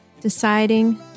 deciding